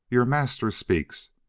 your master speaks.